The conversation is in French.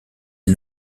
est